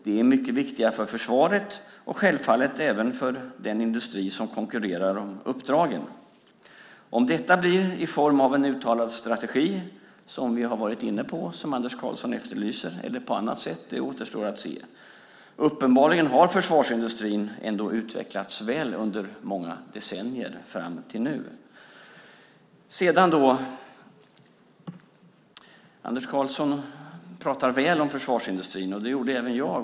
De är mycket viktiga för försvaret och självfallet även för den industri som konkurrerar om uppdragen. Om detta blir i form av en uttalad strategi, som vi har varit inne på, som Anders Karlsson efterlyser, eller på annat sätt återstår att se. Uppenbarligen har försvarsindustrin ändå utvecklats väl under många decennier fram till nu. Anders Karlsson pratar väl om försvarsindustrin. Det gjorde även jag.